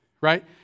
Right